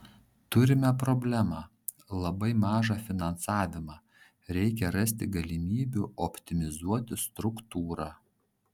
turime problemą labai mažą finansavimą reikia rasti galimybių optimizuoti struktūrą